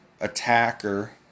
attacker